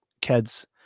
kids